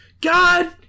God